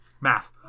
Math